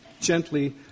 gently